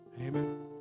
Amen